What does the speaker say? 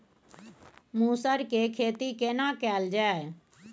मसूर के खेती केना कैल जाय?